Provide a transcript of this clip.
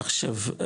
עכשיו,